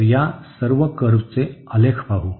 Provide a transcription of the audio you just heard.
तर या सर्व कर्व्हचे आलेख पाहू